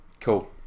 Cool